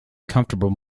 comfortable